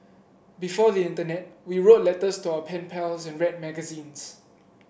before the internet we wrote letters to our pen pals and read magazines